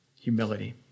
humility